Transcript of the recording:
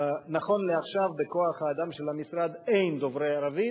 נכון לעכשיו, בכוח-האדם של המשרד אין דוברי ערבית,